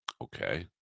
Okay